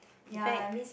infect